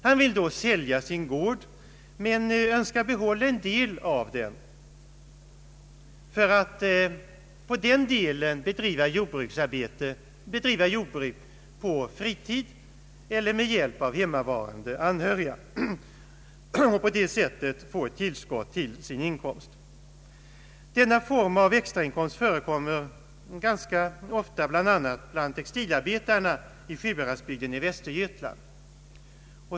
Han vill då sälja sin gård men önskar behålla en del av den för att där bedriva jordbruk på fritid eller med hjälp av hemmavarande anhöriga och på det sättet få ett tillskott till sin inkomst. Denna form av extra inkomst förekommer ganska ofta, bl.a. bland textilarbetarna i Sjuhäradsbygden i Västergötland.